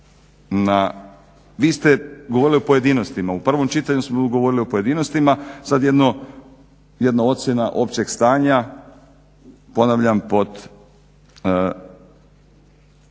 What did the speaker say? vi ste govorili o pojedinostima. U prvom čitanju ste govorili o pojedinostima, sad jedna ocjena općeg stanja, ponavljam pod